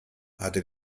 hatte